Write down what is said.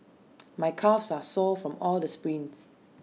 my calves are sore from all the sprints